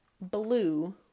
Blue